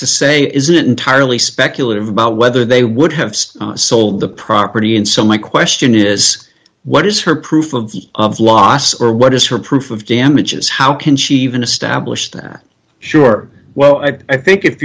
to say isn't entirely speculative about whether they would have stopped sold the property and so my question is what is her proof of of loss or what is her proof of damages how can she even establish that sure well i think if